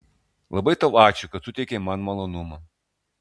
labai tau ačiū kad suteikei man malonumą